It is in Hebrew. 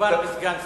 מדובר בסגן שר.